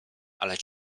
ale